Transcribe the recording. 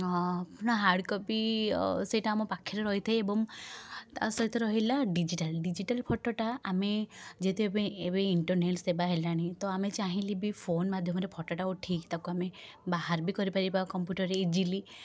ହଁ ନା ହାର୍ଡ଼କପି ଅ ସେଇଟା ଆମ ପାଖରେ ରହିଥାଏ ଏବଂ ତା'ସହିତ ରହିଲା ଡିଜିଟାଲ ଡିଜିଟାଲ ଫଟୋଟା ଆମେ ଯେହେତୁ ଏବେ ଇଣ୍ଟରନେଟ୍ ସେବା ହେଲାଣି ତ ଆମେ ଚାହିଁଲେବି ଫୋନ୍ ମାଧ୍ୟମରେ ଫଟୋଟା ଉଠେଇକି ତାକୁ ଆମେ ବାହାର ବି କରିପାରିବା କମ୍ପୁଟରରେ ଇଜିଲି